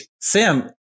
Sam